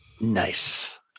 Nice